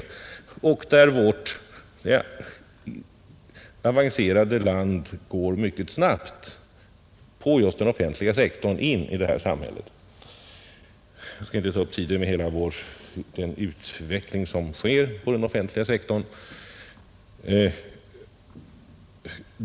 Där går utvecklingen i vårt avancerade land mycket snabbt på just den offentliga sektorn. Jag skall inte ta upp tiden med att tala om hela den utveckling som sker på den offentliga sektorn.